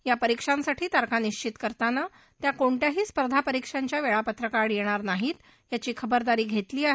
या परीक्षांसाठी तारखा निश्चित करताना त्या कोणत्याही स्पर्धा परीक्षांच्या वळीपत्रकाच्या आड यघ्घीर नाहीत याची खबरदारी घरीसी आह